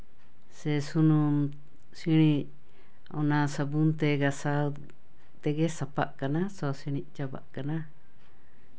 ᱥᱮ ᱥᱩᱱᱩᱢ ᱥᱤᱬᱤᱡ ᱚᱱᱟ ᱥᱟᱹᱵᱩᱱ ᱛᱮ ᱜᱟᱥᱟᱣ ᱛᱮᱜᱮ ᱥᱟᱯᱷᱟᱜ ᱠᱟᱱᱟ ᱥᱚ ᱥᱤᱬᱤᱡ ᱪᱟᱵᱟᱜ ᱠᱟᱱᱟ